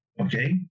Okay